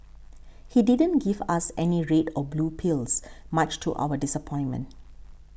he didn't give us any red or blue pills much to our disappointment